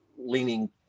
leaning